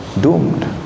doomed